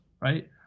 Right